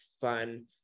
fun